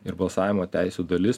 ir balsavimo teisių dalis